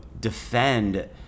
defend